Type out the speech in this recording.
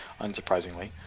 unsurprisingly